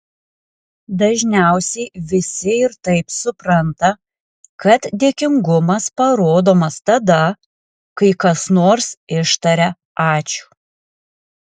dažniausiai visi ir taip supranta kad dėkingumas parodomas tada kai kas nors ištaria ačiū